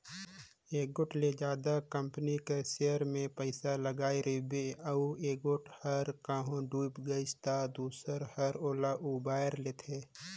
एगोट ले जादा कंपनी कर सेयर में पइसा लगाय रिबे अउ एगोट हर कहों बुइड़ गइस ता दूसर हर ओला उबाएर लेथे